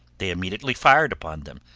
they immediately fired upon them,